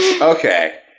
Okay